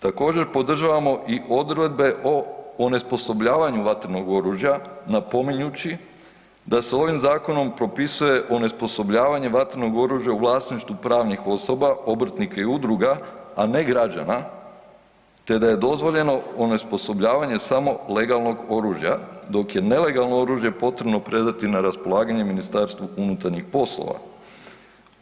Također podržavamo i odredbe o onesposobljavanju vatrenog oružja napominjući da se ovim zakonom propisuje onesposobljavanje vatrenog oružja u vlasništvu pravnih osoba, obrtnika i udruga, a ne građana te da je dozvoljeno onesposobljavanje samo legalnog oružja dok je nelegalno oružje potrebno predati na raspolaganje MUP-u.